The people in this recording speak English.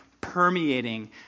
permeating